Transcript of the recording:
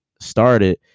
started